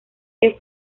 que